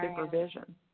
supervision